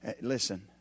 Listen